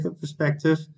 perspective